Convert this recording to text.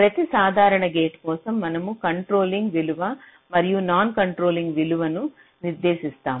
ప్రతి సాధారణ గేట్ కోసం మనము కంట్రోలింగ్ విలువ మరియు నాన్ కంట్రోలింగ్ విలువను నిర్దేశిస్తాము